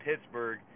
Pittsburgh